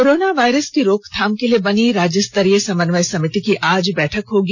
corona virus की रोकथाम के लिए बनी राज्यस्तरीय समन्वय समिति की आज बैठक होगी